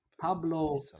Pablo